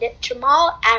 Jamal